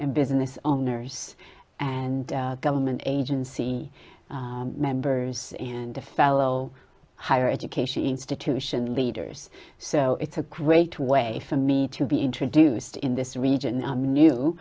and business owners and government agency members and to fellow higher education institution leaders so it's a great way for me to be introduced in this region i'm new